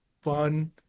fun